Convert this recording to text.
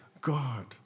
God